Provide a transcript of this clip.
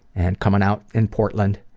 and coming out in portland.